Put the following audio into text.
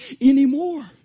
anymore